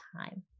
time